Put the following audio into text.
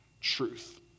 truth